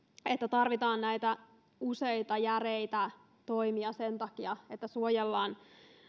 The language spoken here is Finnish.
tarvitaan useita järeitä toimia sen takia että suojellaan